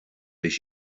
beidh